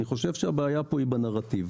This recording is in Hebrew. אני חושב שהבעיה כאן היא בנרטיב.